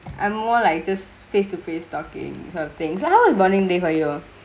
I'm more like just face to face talkingk of thingks like how is burningk day for you